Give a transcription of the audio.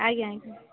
ଆଜ୍ଞା ଆଜ୍ଞା